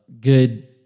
good